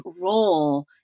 role